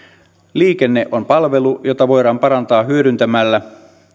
liikenne on palvelu jota voidaan parantaa hyödyntämällä